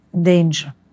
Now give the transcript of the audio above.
danger